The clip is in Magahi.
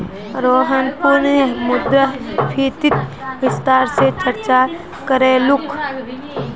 रोहन पुनः मुद्रास्फीतित विस्तार स चर्चा करीलकू